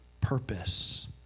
purpose